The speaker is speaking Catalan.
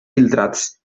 filtrats